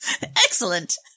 Excellent